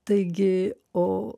taigi o